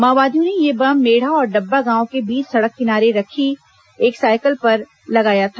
माओवादियों ने यह बम मेढा और डब्बा गांव के बीच सड़क किनारे खड़ी एक साइकिल पर लगाया था